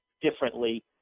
differently